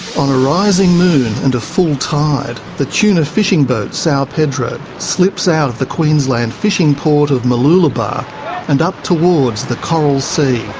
a rising moon and a full tide the tuna fishing boat sao pedro slips out of the queensland fishing port of mooloolaba and up towards the coral sea.